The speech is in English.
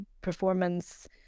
performance